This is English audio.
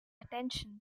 attention